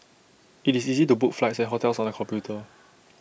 IT is easy to book flights and hotels on the computer